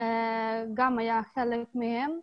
גם היה חלק מהם.